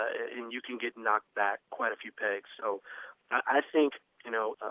and you can get knocked back quite a few pics so i think you know